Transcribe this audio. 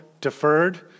deferred